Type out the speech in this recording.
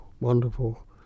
wonderful